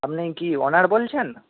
আপনি কি ওনার বলছেন